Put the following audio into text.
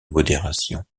modération